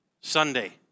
Sunday